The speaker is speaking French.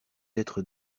être